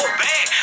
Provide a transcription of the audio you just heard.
bad